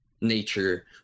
nature